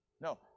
No